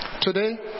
Today